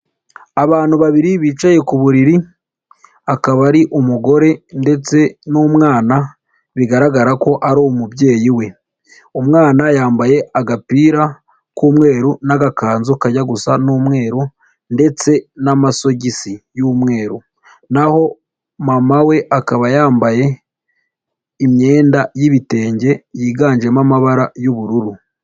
Abantu babiri bicaye ku buriri akaba ari umugore ndetse n'umwana, bigaragara ko ari umubyeyi we, umwana yambaye agapira k'umweru n'agakanzu kajya gusa n'umweru ndetse n'amasogisi y'umweru, naho mama we akaba yambaye imyenda y'ibitenge yiganjemo amabara y'ubururu.